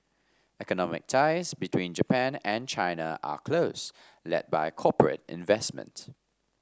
economic ties between Japan and China are close led by corporate investment